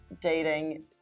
dating